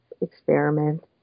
experiment